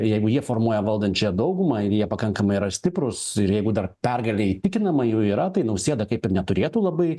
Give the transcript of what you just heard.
jeigu jie formuoja valdančiąją daugumąir jie pakankamai yra stiprūs ir jeigu dar pergalė įtikinama jų yra tai nausėda kaip ir neturėtų labai